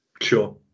Sure